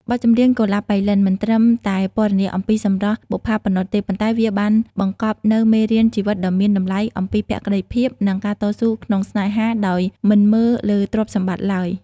បទចម្រៀង "កុលាបប៉ៃលិន" មិនត្រឹមតែពណ៌នាអំពីសម្រស់បុប្ផាប៉ុណ្ណោះទេ ប៉ុន្តែវាបានបង្កប់នូវមេរៀនជីវិតដ៏មានតម្លៃអំពីភក្តីភាព និងការតស៊ូក្នុងស្នេហាដោយមិនមើលលើទ្រព្យសម្បត្តិឡើយ។